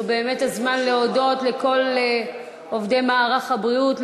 זה באמת הזמן להודות לכל עובדי מערך הבריאות,